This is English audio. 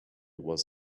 was